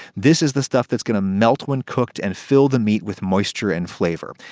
this is the stuff that's gonna melt when cooked and fill the meat with moisture and flavor.